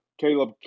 Caleb